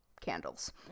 candles